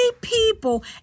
people